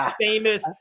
famous